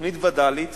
בתוכנית וד"לית